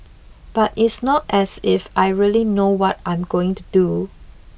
but it's not as if I really know what I'm going to do